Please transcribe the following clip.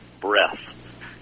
breath